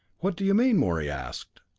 what do you mean? morey asked.